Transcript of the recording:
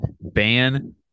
Ban